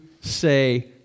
say